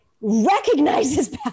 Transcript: Recognizes